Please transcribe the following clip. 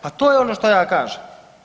Pa to je ono što ja kažem.